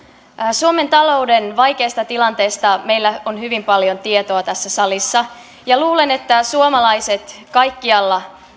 suomen talouden vaikeasta tilanteesta meillä on hyvin paljon tietoa tässä salissa ja luulen että suomalaiset kaikkialla